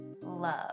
love